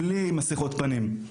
בלי מסכות פנים,